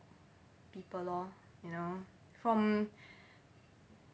people lor you know from